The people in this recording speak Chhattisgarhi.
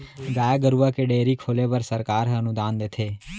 गाय गरूवा के डेयरी खोले बर सरकार ह अनुदान देथे